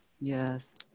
Yes